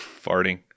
farting